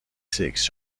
six